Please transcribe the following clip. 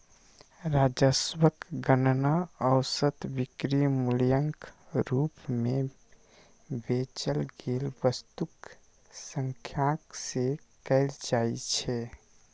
राजस्वक गणना औसत बिक्री मूल्यक रूप मे बेचल गेल वस्तुक संख्याक सं कैल जाइ छै